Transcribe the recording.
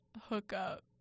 Hookup